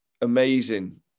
amazing